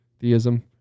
theism